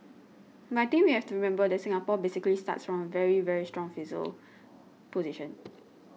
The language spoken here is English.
but I think we have to remember that Singapore basically starts from a very very strong fiscal position